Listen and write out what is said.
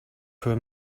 her